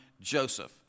Joseph